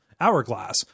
hourglass